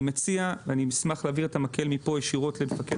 אני מציע שנעביר את המקל מפה ישירות למפקד